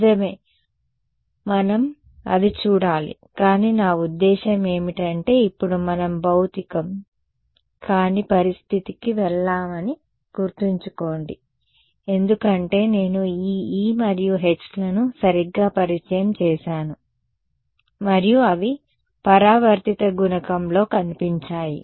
నిజమే మనం అది చూడాలి కానీ నా ఉద్దేశ్యం ఏమిటి అంటే ఇప్పుడు మనం భౌతికం కాని పరిస్థితికి వెళ్లామని గుర్తుంచుకోండి ఎందుకంటే నేను ఈ e మరియు h లను సరిగ్గా పరిచయం చేసాను మరియు అవి పరావర్తిత గుణకంలో కనిపించాయి